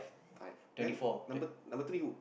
five then number number three who